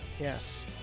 Yes